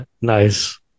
nice